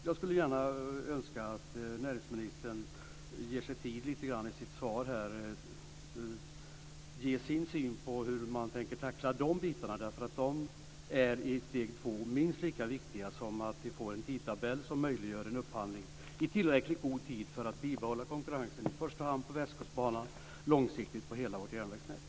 Jag skulle önska att näringsministern tog sig tid i sitt svar för att ge sin syn på hur man tänker tackla de här bitarna. I steg två är det här nämligen minst lika viktigt som att vi får en tidtabell som möjliggör en upphandling i tillräckligt god tid, så att konkurrensen kan bibehållas på i första hand Västkustbanan. Långsiktigt gäller det hela vårt järnvägsnät.